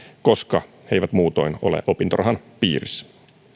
koska he eivät muutoin ole opintorahan piirissä